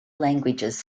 languages